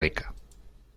rica